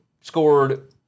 scored